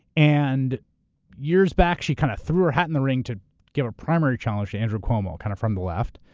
and years back she kind of threw her hat in the ring to get a primary challenge to andrew cuomo, kind of from the left.